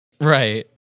Right